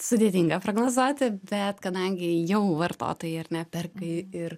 sudėtinga prognozuoti bet kadangi jau vartotojai ar ne perka ir